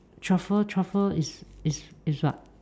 truffle truffle is is is what